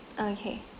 okay